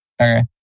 Okay